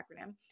acronym